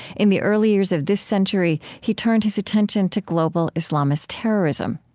in the early years of this century, he turned his attention to global islamist terrorism.